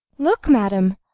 look, madam,